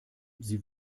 sie